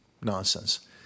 Nonsense